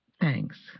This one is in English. Thanks